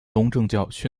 东正教